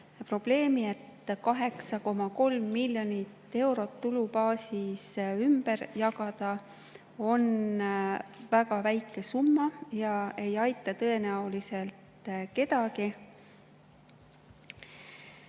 probleemi, et 8,3 miljonit eurot tulubaasi ümber jagada on väga väike summa ja see ei aita tõenäoliselt kedagi.